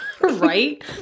Right